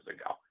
ago